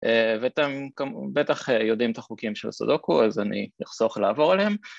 ואתם בטח יודעים את החוקים של סודוקו אז אני אחסוך לעבור עליהם